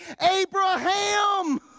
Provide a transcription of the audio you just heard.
Abraham